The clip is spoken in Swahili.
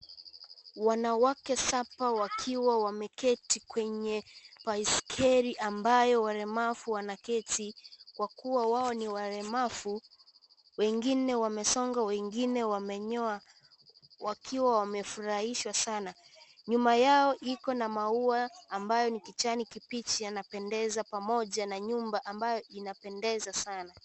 Wanawake Saba wakiwa wameketi kwenye baiskeli ambayo walemavu wanketi kwa kuwa wao ni walemavu , wengine wamesonga wengine wamenyoa wakiwa wamefurahishwa Sana. Nyuma yao kuna maua ambayo kijani kibichi yanapendeza pamoja na nyumba ambayo inapenndeza Sana.